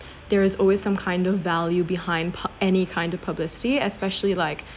there is always some kind of value behind pub~ any kind of publicly especially like